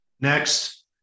Next